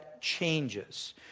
changes